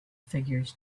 figures